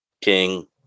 king